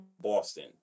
Boston